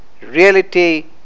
reality